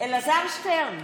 אלעזר שטרן,